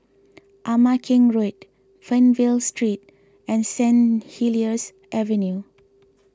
Ama Keng Road Fernvale Street and Staint Helier's Avenue